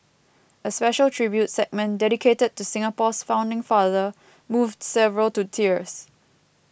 a special tribute segment dedicated to Singapore's founding father moved several to tears